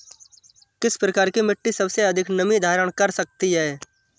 किस प्रकार की मिट्टी सबसे अधिक नमी धारण कर सकती है?